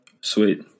Sweet